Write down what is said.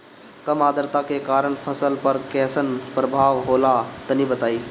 कम आद्रता के कारण फसल पर कैसन प्रभाव होला तनी बताई?